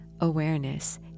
awareness